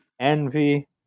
Envy